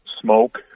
smoke